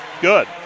Good